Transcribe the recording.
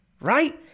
Right